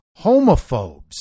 homophobes